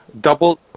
Double